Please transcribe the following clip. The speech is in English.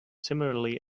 similarly